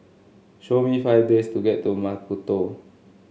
show me five this to get to Maputo